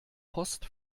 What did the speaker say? post